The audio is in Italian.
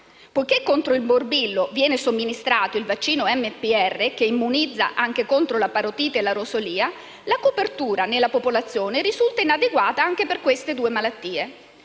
Poiché contro il morbillo viene somministrato il vaccino MPR, che immunizza anche contro la parotite e la rosolia, la copertura nella popolazione risulta inadeguata anche per queste due malattie.